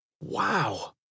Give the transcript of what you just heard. Wow